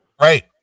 Right